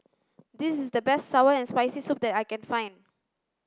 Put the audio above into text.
this is the best sour and spicy soup that I can find